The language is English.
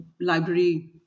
library